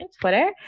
Twitter